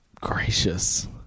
Gracious